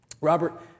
Robert